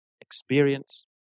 experience